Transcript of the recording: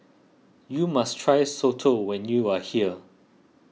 you must try Soto when you are here